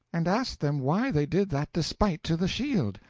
and asked them why they did that despite to the shield.